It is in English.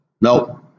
No